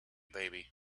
baby